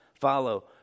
follow